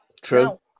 true